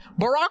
Barack